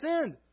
sinned